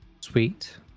Sweet